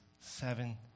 seven